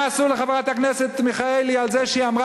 מה עשו לחברת הכנסת מיכאלי על זה שהיא אמרה